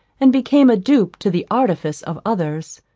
and became a dupe to the artifice of others.